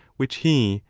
which he,